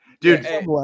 dude